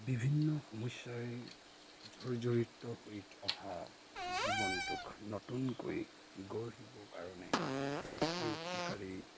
বিভিন্ন সমস্যাৰে জৰ্জড়িত হৈ অহা জীৱনটোক নতুনকৈ গঢ়িবৰ কাৰণে এই উক্তিষাৰেই